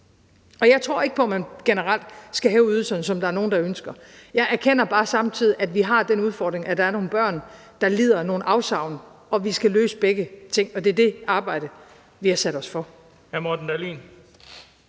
og jeg tror ikke på, at man generelt skal hæve ydelserne, som der er nogle der ønsker. Jeg erkender bare samtidig, at vi har den udfordring, at der er nogle børn, der lider nogle afsavn, og at vi skal løse begge ting, og det er det arbejde, vi har sat os for.